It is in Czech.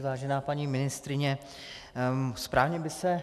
Vážená paní ministryně, správně by se...